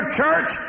church